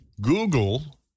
Google